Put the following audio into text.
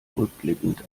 rückblickend